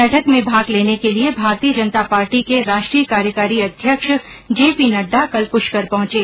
बैठक में भाग लेने के लिए भारतीय जनता पार्टी के राष्ट्रीय कार्यकारी अध्यक्ष जे पी नड़डा कल प्रष्कर पहुंचे